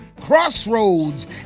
Crossroads